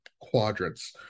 quadrants